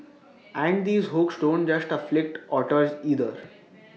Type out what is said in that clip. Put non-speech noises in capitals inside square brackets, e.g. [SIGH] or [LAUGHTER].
[NOISE] and these hooks don't just afflict otters either